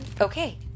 Okay